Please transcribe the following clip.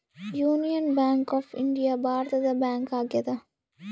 union bank of India ಭಾರತದ bank ಆಗ್ಯಾದ